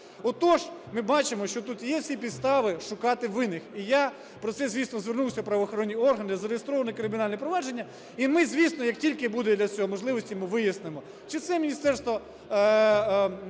Отож ми бачимо, що тут є всі підстави шукати винних. І я про це, звісно, звернувся у правоохоронні органи, зареєстровано кримінальне провадження. І ми, звісно, як тільки будуть для цього можливості, ми вияснимо, чи це Міністерство